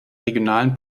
regionalen